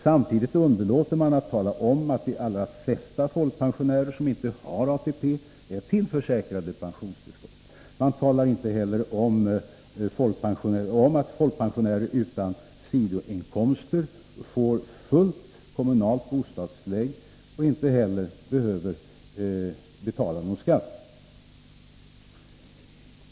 Samtidigt underlåter man att tala om att de allra flesta folkpensionärer som inte har ATP är tillförsäkrade pensionstillskott. Man talar inte heller om att folkpensionärer utan sidoinkomster får fullt kommunalt bostadstillägg och dessutom inte heller behöver betala någon skatt.